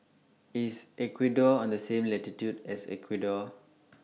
IS Ecuador on The same latitude as Ecuador